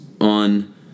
on